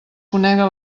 conega